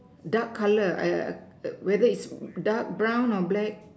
dark color I err whether is dark brown or black